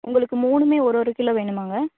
உங்களுக்கு மூணுமே ஒரு ஒரு கிலோ வேணுமாங்க